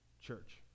church